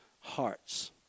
hearts